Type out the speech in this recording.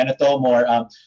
more